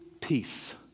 peace